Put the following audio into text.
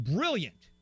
Brilliant